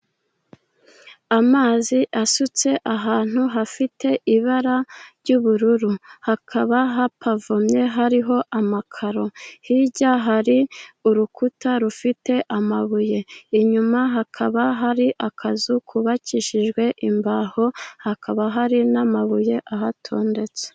Amazi asutse ahantu hafite ibara ry'ubururu, hakaba hapavomye hariho amakaro, hirya hari urukuta rufite amabuye, inyuma hakaba hari akazu kubakishijwe imbaho, hakaba hari n'amabuye ahatondetse.